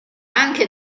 anche